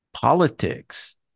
politics